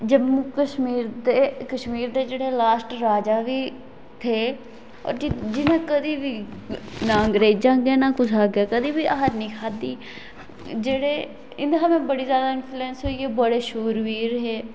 जम्मू कश्मीर कश्मीर दे जेह्ड़े लास्ट राजा बी थे होर जिनें कदें बी नां अंग्रेजें अग्गैं ना कुसै अग्गै कदें बी हार निं खाद्धी जेह्ड़े इंदे शा में बड़ी जादा इन्फयूलैंस होइयै बड़े शूरवीर हे